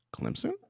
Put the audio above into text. Clemson